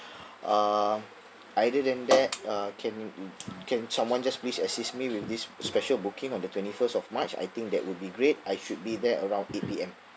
uh other than that uh can can someone just please assist me with this special booking on the twenty first of march I think that would be great I should be there around eight P_M